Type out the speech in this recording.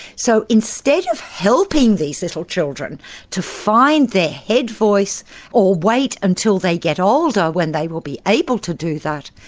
so instead of helping these little children to find their head voice or wait until they get older when they will be able to do that,